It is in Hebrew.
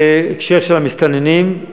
בהקשר של המסתננים,